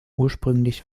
ursprünglich